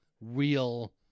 real